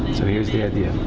so here's the idea.